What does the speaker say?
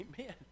Amen